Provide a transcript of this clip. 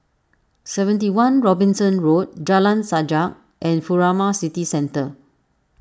seventy one Robinson Road Jalan Sajak and Furama City Centre